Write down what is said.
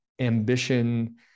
ambition